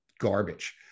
garbage